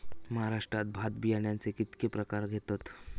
महाराष्ट्रात भात बियाण्याचे कीतके प्रकार घेतत?